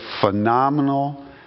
phenomenal